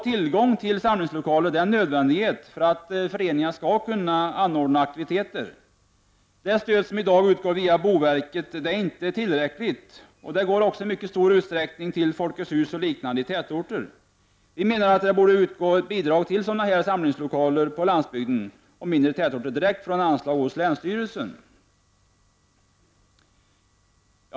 Tillgång till samlingslokaler är en nödvändighet för att föreningarna skall kunna ordna aktiviteter. Det stöd som i dag utgår via boverket är otillräckligt, och det går i mycket stor utsträckning til Folkets hus och liknande i tätorter. Vi menar att det borde utgå bidrag till samlingslokaler på landsbygden och i mindre tätorter ur ett anslag hos länsstyrelsen.